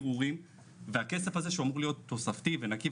כי זה לא קשור לתוספת לסל.